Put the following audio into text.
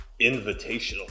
invitational